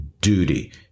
duty